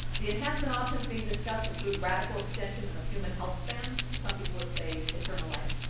the enhancement options being discussed include radical extension of human health span, some people would say eternal life.